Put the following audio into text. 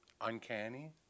uncanny